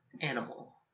animal